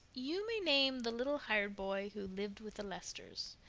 you may name the little hired boy who lived with the lesters,